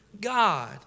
God